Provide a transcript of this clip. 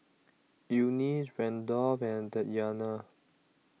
Eunice Randolf and Tatyana